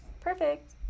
perfect